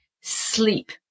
sleep